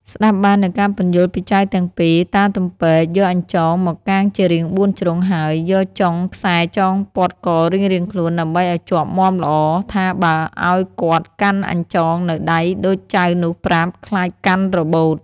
ស្តាប់បាននូវការពន្យល់ពីចៅទាំងពីរ តាទំពែក យកអញ្ចងមកកាងជារាង៤ជ្រុង ហើយ យកចុងខ្សែចងព័ន្ធករៀងៗខ្លួនដើម្បីឱ្យជាប់មាំល្អ ថាបើឱ្យគាត់កាន់អញ្ចងនៅដៃដូចចៅនោះប្រាប់ ខ្លាចកាន់របូត។